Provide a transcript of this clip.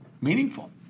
meaningful